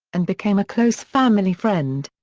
and became a close family friend.